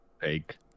Fake